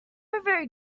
very